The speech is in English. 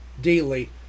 daily